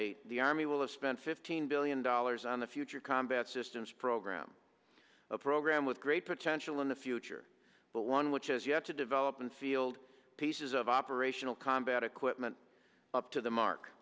eight the army will have spent fifteen billion dollars on the future combat systems program a program with great potential in the future but one which has yet to develop and field pieces of operational combat equipment up to the mark